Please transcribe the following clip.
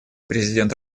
президент